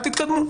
אל תתקדמו,